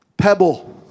pebble